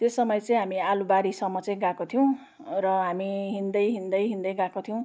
त्यो समय चाहिँ हामी आलुबारीसम्म चाहिँ गएको थियौँ र हामी हिँड्दै हिँड्दै हिँड्दै गएको थियौँ